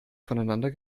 voneinander